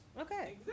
Okay